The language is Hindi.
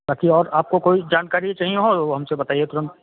ताकी और आपको कोई जानकारी चहिए हों वो हमसे बताइए तुरंत